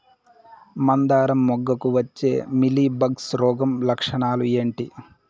మందారం మొగ్గకు వచ్చే మీలీ బగ్స్ రోగం లక్షణాలు ఏంటి?